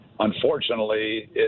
Unfortunately